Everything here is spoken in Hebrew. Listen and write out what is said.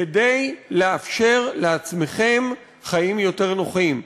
כדי לאפשר לעצמכם חיים יותר נוחים,